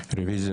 קבלת ההסתייגות?